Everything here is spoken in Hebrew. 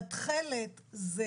בתכלת זה